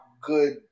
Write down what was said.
good